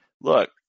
look